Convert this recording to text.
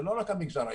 זה לא רק המגזר העסקי.